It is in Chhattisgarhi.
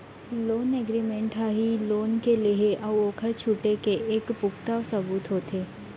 लोन एगरिमेंट ह ही लोन के लेहे अउ ओखर छुटे के एक पुखता सबूत होथे